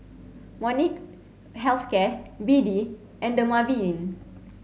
Molnylcke Health Care B D and Dermaveen